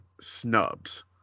snubs